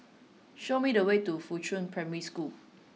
show me the way to Fuchun Primary School